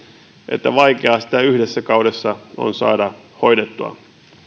että vaikea sitä yhdessä kaudessa on saada hoidettua